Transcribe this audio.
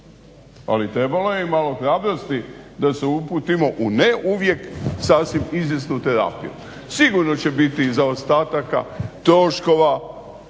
ali trebalo je i malo hrabrosti da se uputimo u ne uvijek sasvim izvjesnu terapiju. Sigurno će biti i zaostataka, troškova